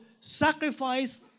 sacrifice